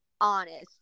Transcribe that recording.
honest